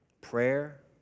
prayer